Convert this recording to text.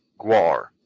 Guar